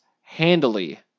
handily